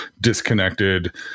disconnected